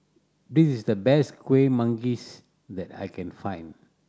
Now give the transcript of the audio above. this is the best Kuih Manggis that I can find